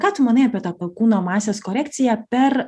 ką tu manai apie tokią kūno masės korekcija per